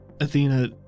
Athena